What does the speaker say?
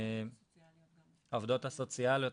והעובדות הסוציאליות,